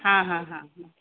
हां हां हां हां